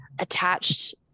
attached